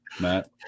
Matt